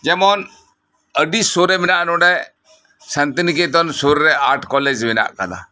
ᱡᱮᱢᱚᱱ ᱟᱰᱤ ᱥᱳᱨ ᱨᱮ ᱢᱮᱱᱟᱜᱼᱟ ᱱᱚᱰᱮ ᱥᱟᱱᱛᱤᱱᱤᱠᱮᱛᱚᱱ ᱥᱳᱨ ᱨᱮ ᱟᱨᱴ ᱠᱚᱞᱮᱡᱽ ᱢᱮᱱᱟᱜ ᱠᱟᱫᱟ